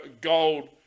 gold